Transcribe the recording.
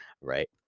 Right